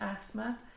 asthma